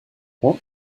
what